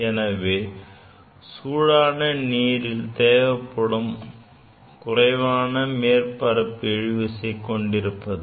எனவே சூடான நீர் குறைவான மேற்பரப்பு இழுவிசை கொண்டிருக்கிறது